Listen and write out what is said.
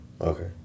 okay